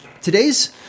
today's